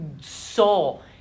soul